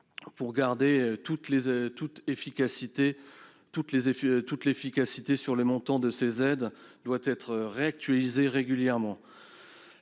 Pour garder toute son efficacité, le montant de cette aide doit être réactualisé régulièrement.